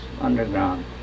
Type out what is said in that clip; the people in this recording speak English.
underground